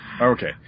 Okay